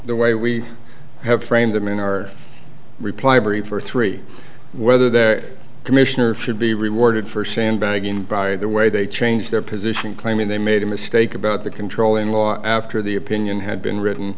the way we have framed them in our reply brief or three whether there commissioner should be rewarded for sandbagging by the way they change their position claiming they made a mistake about the controlling law after the opinion had been written